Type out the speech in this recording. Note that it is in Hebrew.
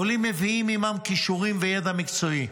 העולים מביאים עימם כישורים וידע מקצועי.